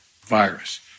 virus